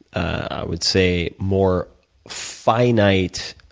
i would say, more finite